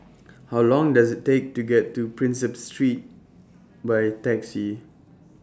How Long Does IT Take to get to Prinsep Street By Taxi